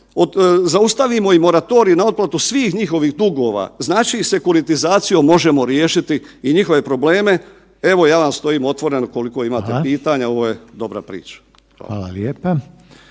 zaustavimo i moratorij na otplatu svih njihovih dugova. Znači sekuritizacijom možemo riješiti i njihove probleme. Evo ja vam stojim otvoren ukoliko imate pitanja, ovo je dobra priča. Hvala.